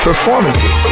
performances